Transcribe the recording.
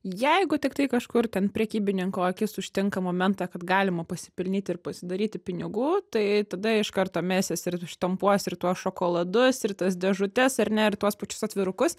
jeigu tiktai kažkur ten prekybininko akis užtinka momentą kad galima pasipelnyti ir pasidaryti pinigų tai tada iš karto mesis ir štampuos ir tuos šokoladus ir tas dėžutes ar ne ir tuos pačius atvirukus